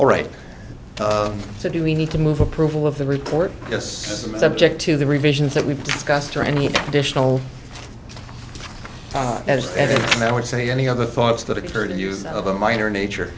all right to do we need to move approval of the report just subject to the revisions that we've discussed or any additional as any man would say any other thoughts that occurred and use of a minor nature